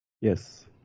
yes